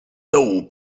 dołu